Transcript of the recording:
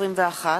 121),